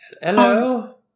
Hello